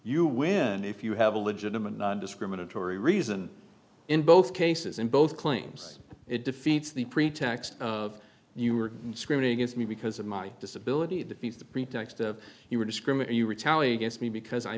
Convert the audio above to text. you win if you have a legitimate nondiscriminatory reason in both cases in both claims it defeats the pretext of you were screaming against me because of my disability defeats the pretext of you would discriminate you retaliate against me because i